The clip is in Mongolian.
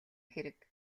хэрэг